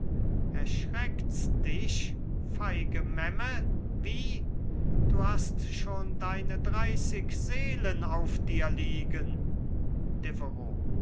erschreckts dich feige memme wie du hast schon deine dreißig seelen auf dir liegen